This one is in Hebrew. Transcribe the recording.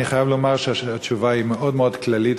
אני חייב לומר שהתשובה היא מאוד מאוד כללית,